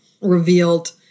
revealed